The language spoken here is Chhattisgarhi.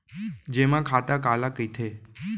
जेमा खाता काला कहिथे?